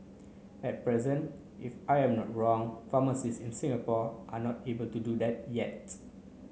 at present if I am not wrong pharmacist in Singapore are not able to do that yet